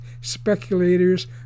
speculators